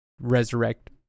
resurrect